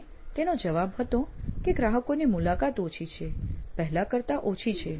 અને તેનો જવાબ હતો કે ગ્રાહકોની મુલાકાતો ઓછી છે પહેલા કરતા ઓછી છે